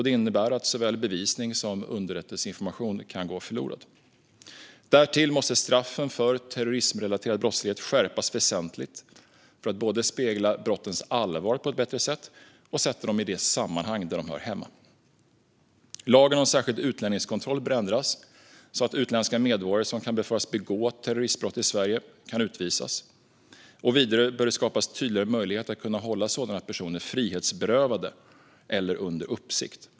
Det innebär att såväl bevisning som underrättelseinformation kan gå förlorad. Därtill måste straffen för terrorismrelaterad brottslighet skärpas väsentligt för att både spegla brottens allvar på ett bättre sätt och sätta dem i de sammanhang där de hör hemma. Lagen om särskild utlänningskontroll bör ändras så att utländska medborgare som kan befaras begå terroristbrott i Sverige kan utvisas. Vidare bör det skapas tydligare möjligheter att hålla sådana personer frihetsberövade eller under uppsikt.